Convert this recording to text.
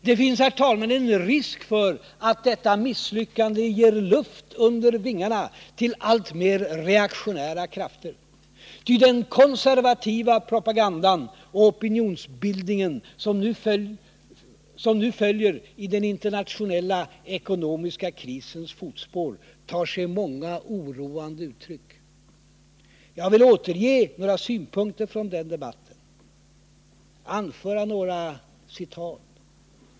Det finns, herr talman, en risk för att detta misslyckande ger luft under vingarna åt alltmer reaktionära krafter. Ty den konservativa propagandan och opinionsbildningen som nu följer i den internationella ekonomiska krisens fotspår tar sig många oroande uttryck. Jag vill återge några synpunkter från den debatten och anföra några citat.